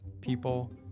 people